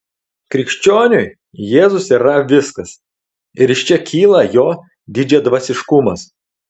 krikščioniui jėzus yra viskas ir iš čia kyla jo didžiadvasiškumas